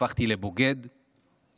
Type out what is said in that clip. הפכתי ל"בוגד";